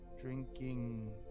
drinking